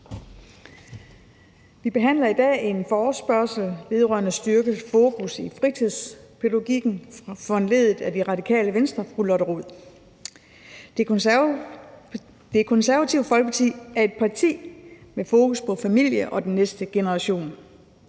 Vi har i dag en forespørgsel om et styrket fokus på fritidspædagogikken, som er foranlediget af Radikale Venstres fru Lotte Rod. Det Konservative Folkeparti er et parti med fokus på familien og den næste generation.